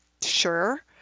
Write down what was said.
Sure